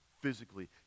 physically